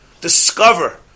discover